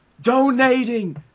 donating